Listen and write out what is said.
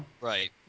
right